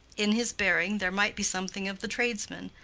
in his bearing there might be something of the tradesman,